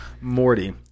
morty